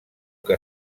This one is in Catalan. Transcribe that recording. que